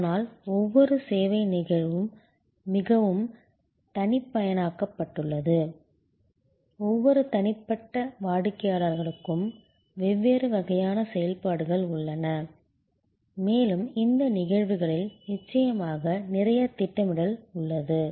ஆனால் ஒவ்வொரு சேவை நிகழ்வும் மிகவும் தனிப்பயனாக்கப்பட்டுள்ளது ஒவ்வொரு தனிப்பட்ட வாடிக்கையாளருக்கும் வெவ்வேறு வகையான செயல்பாடுகள் உள்ளன மேலும் இந்த நிகழ்வுகளில் நிச்சயமாக நிறைய திட்டமிடல் உள்ளது